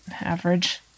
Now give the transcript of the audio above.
average